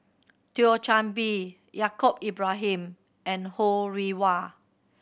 Thio Chan Bee Yaacob Ibrahim and Ho Rih Hwa